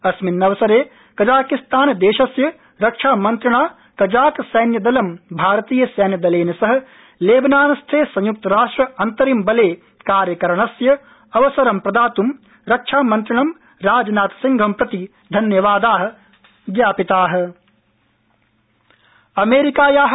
अस्मिन्नवसरे कजाकिस्तानदेशस्य रक्षामन्त्रिणा कजाक सैन्यदलं भारतीय सैन्यदलेन सह लेबनानस्थे संयुक्त राष्ट्र अन्तरिम बले कार्यकरणस्य अवसरं प्रदातूं रक्षामन्त्रिणं राजनाथसिंह प्रति धन्यवादा ज्ञापिता